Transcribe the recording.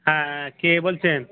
হ্যাঁ কে বলছেন